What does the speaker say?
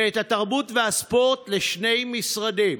ואת התרבות והספורט, לשני משרדים,